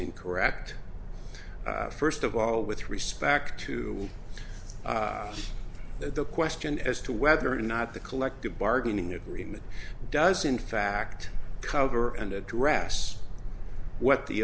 incorrect first of all with respect to the question as to whether or not the collective bargaining agreement does in fact cover and address what the